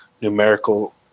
numerical